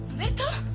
later.